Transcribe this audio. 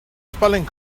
spelling